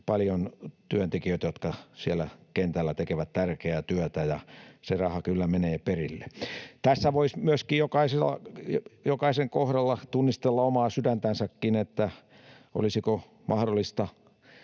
tuttuja työntekijöitä, jotka siellä kentällä tekevät tärkeää työtä, ja se raha kyllä menee perille. Tässä voisi myöskin jokaisen kohdalla tunnustella omaa sydäntänsäkin: olisiko mahdollista